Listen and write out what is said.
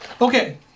Okay